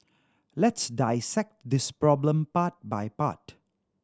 let's dissect this problem part by part